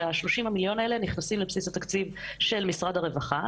ש-30 המיליון האלה נכנסים לבסיס התקציב של משרד הרווחה,